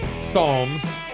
psalms